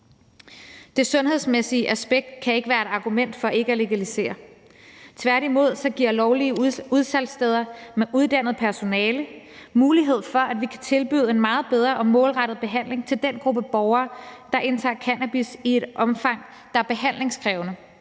Det sundhedsmæssige aspekt kan ikke være et argument for ikke at legalisere. Tværtimod giver lovlige udsalgssteder med uddannet personale mulighed for, at vi kan tilbyde en meget bedre og målrettet behandling til den gruppe borgere, som indtager cannabis i et omfang, der er behandlingskrævende,